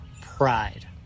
pride